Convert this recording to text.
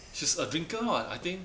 she's a drinker [what] I think